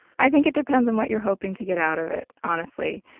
i think it depends on what you're hoping to get out of it, honestly.